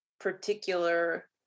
particular